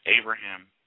Abraham